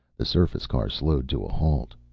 the surface car slowed to a halt.